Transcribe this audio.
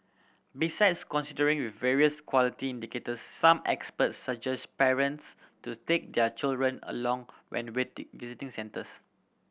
besides considering various quality indicators some experts suggest parents to take their children along when visiting centres